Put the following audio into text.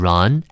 Run